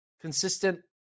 consistent